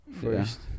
First